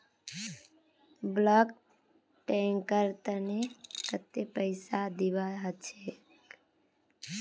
bulk tanker तने कत्ते पैसा दीबा ह छेक